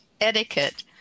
etiquette